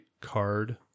card